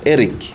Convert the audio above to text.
Eric